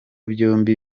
byombi